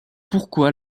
pourquoi